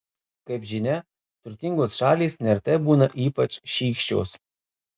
kaip žinia turtingos šalys neretai būna ypač šykščios